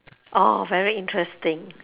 orh very interesting